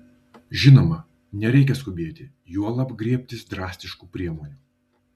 žinoma nereikia skubėti juolab griebtis drastiškų priemonių